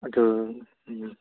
ꯑꯗꯨ